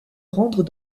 rendre